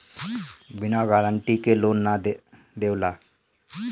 बिना गारंटी के bank loan ना देवेला